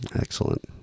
Excellent